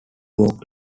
worked